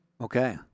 Okay